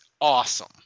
awesome